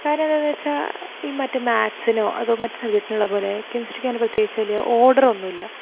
കാരണം എന്നു വെച്ചാൽ ഈ മറ്റേ മാക്സിനോ അതോ മറ്റ് സബ്ജെക്റ്റിനുള്ളതു പോലെ കെമിസ്ട്രിക്കങ്ങനെ പ്രത്യേകിച്ച് വലിയ ഓഡർ ഒന്നുമില്ല